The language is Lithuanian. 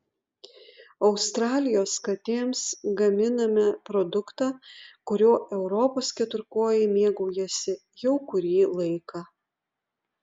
australijos katėms gaminame produktą kuriuo europos keturkojai mėgaujasi jau kurį laiką